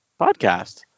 podcast